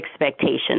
expectations